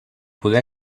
poder